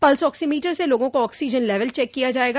plus oximeter से लोगों का ऑक्सीजन लेवल चेक किया जायेगा